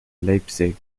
leipzig